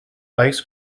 ice